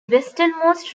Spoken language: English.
westernmost